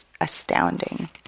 astounding